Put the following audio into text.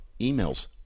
emails